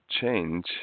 change